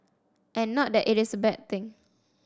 and not that it is a bad thing